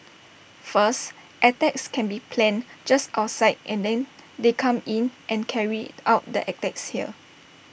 first attacks that can be planned just outside and then they come in and carry out the attacks here